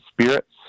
spirits